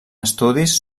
estudis